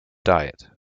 diet